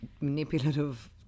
manipulative